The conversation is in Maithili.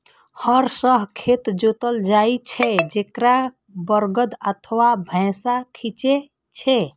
हर सं खेत जोतल जाइ छै, जेकरा बरद अथवा भैंसा खींचै छै